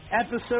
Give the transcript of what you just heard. episode